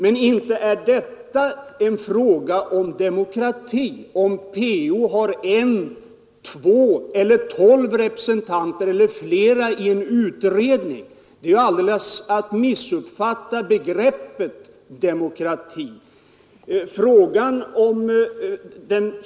Men inte är det en fråga om demokrati om PO har noll, två eller tolv representanter eller flera i en utredning — att hävda det är att alldeles missuppfatta begreppet demokrati.